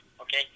okay